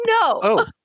no